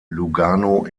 lugano